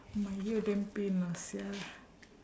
my ear damn pain lah sia